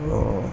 orh